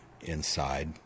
inside